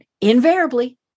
invariably